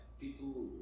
People